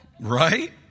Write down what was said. Right